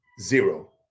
Zero